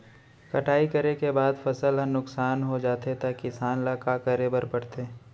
कटाई करे के बाद फसल ह नुकसान हो जाथे त किसान ल का करे बर पढ़थे?